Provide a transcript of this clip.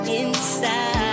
inside